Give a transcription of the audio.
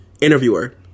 Interviewer